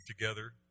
together